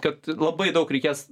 kad labai daug reikės